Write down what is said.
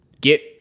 Get